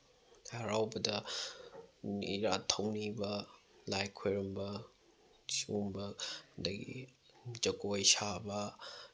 ꯂꯥꯏ ꯍꯔꯥꯎꯕꯗ ꯏꯔꯥꯠ ꯊꯧꯅꯤꯕ ꯂꯥꯏ ꯈꯣꯏꯔꯝꯕ ꯁꯤꯒꯨꯝꯕ ꯑꯗꯒꯤ ꯖꯒꯣꯏ ꯁꯥꯕ